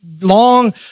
long